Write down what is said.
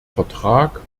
vertrag